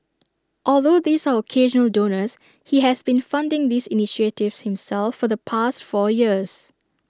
although these are occasional donors he has been funding these initiatives himself for the past four years